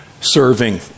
serving